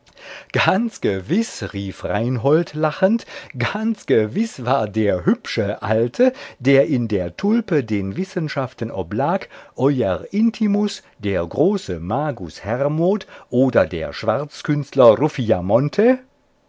ganz gewiß rief reinhold lachend ganz gewiß war der hübsche alte der in der tulpe den wissenschaften oblag euer intimus der große magus hermod oder der schwarzkünstler